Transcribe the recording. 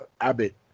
Abbott